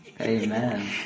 amen